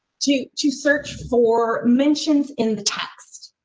to, to search for mentions in the text.